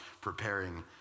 preparing